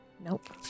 Nope